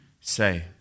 say